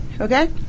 Okay